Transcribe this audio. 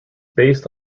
based